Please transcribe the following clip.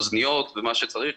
אוזניות ומה שצריך,